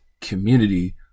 community